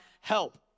help